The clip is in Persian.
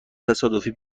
تصادفی